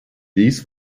dies